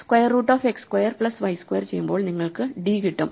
square root of x square plus y square ചെയ്യുമ്പോൾ നിങ്ങൾക്കു d കിട്ടും